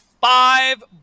five